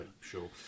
sure